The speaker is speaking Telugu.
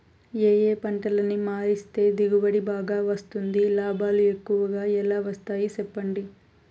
ఏ ఏ పంటలని మారిస్తే దిగుబడి బాగా వస్తుంది, లాభాలు ఎక్కువగా ఎలా వస్తాయి సెప్పండి